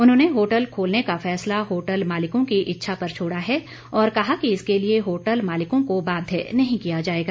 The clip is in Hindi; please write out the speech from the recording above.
उन्होंने होटल खोलने का फैसला होटल मालिकों की इच्छा पर छोड़ा है और कहा कि इसके लिए होटल मालिकों को बाध्य नहीं किया जाएगा